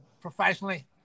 professionally